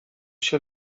się